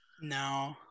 no